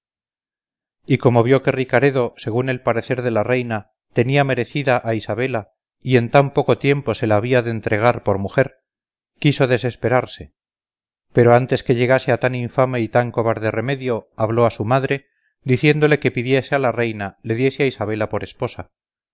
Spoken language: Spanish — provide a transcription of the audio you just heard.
y como vio que ricaredo según el parecer de la reina tenía merecida a isabela y que en tan poco tiempo se la había de entregar por mujer quiso desesperarse pero antes que llegase a tan infame y tan cobarde remedio habló a su madre diciéndole que pidiese a la reina le diese a isabela por esposa